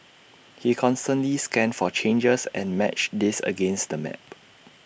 he constantly scanned for changes and matched these against the map